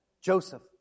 Joseph